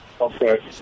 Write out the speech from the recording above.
Okay